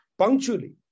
Punctually